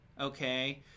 okay